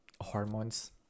hormones